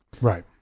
Right